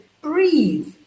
breathe